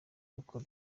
local